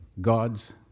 God's